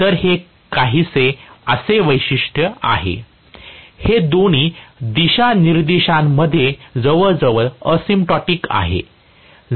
तर हे काहीसे असे वैशिष्ट्य आहे हे दोन्ही दिशानिर्देशांमध्ये जवळजवळ एसिम्पोटिक आहे